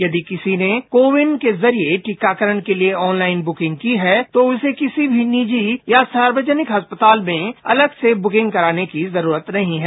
यदि किसी ने को विनके जरिए टीकाकरण के लिए ऑनलाइन बुकिंग की है तो उसे किसी भी निजी या सार्वजनिक अस्पतालमें अलग से बुकिंग कराने की जरूरत नहीं है